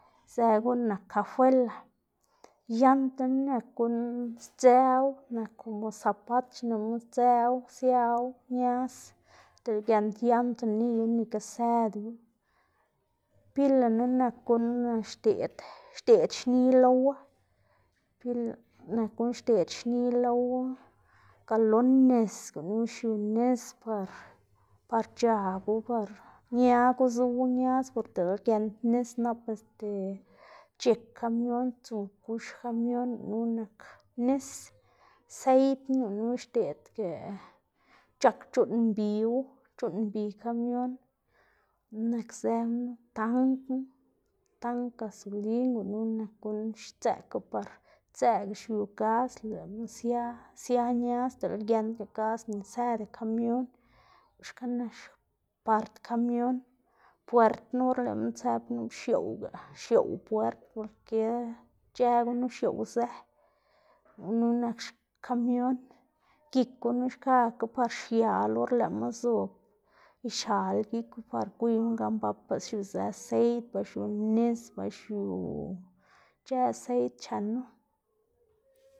Zë guꞌn nak kafuela, yantana nak guꞌn sdzëwu nak komo zapat xneꞌma sdzëwu siawu ñaz, diꞌla giend yanta niyu nika sëdu, pilana nak guꞌn xdeꞌd xdeꞌd xni lowu, pila nak guꞌn xdeꞌd xni lowu, galon nis gunu xiu nis par par c̲h̲agu par ñagu zowu ñaz por dele giend nis nap este c̲h̲ek kamion dzu gux kamion, gunu nak nis, seidna gunu xdeꞌdga c̲h̲ak c̲h̲uꞌnn mbiwu, c̲h̲uꞌnn mbi kamion, gunu nakzë gunu tangna tang gasolin gunu nak guꞌn sdzëꞌka par sdzëꞌga xiu gax, lëꞌma sia sia ñaz dele giendga gas nika sëda kamion, xka nak xpart kamion, puertna or lëꞌma tsëp nak xioꞌwga, xioꞌw puert porke ic̲h̲ë gunu xioꞌwzë gunu nak x- xkamion, gik gunu xkakga par xial or lëꞌma zob ixal giku par gwiyma gan bapa xiuzë seid, ba xiu nis, ba xiu ic̲h̲ë seid chenu.